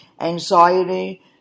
anxiety